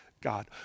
God